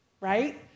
right